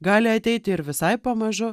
gali ateiti ir visai pamažu